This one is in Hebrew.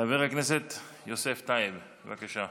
חבר הכנסת יוסף טייב, בבקשה.